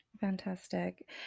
Fantastic